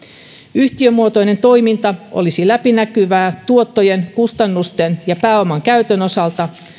yhtiömuotoinen toiminta olisi läpinäkyvää tuottojen kustannusten ja pääoman käytön osalta